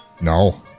No